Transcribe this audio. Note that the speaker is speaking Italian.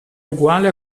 uguale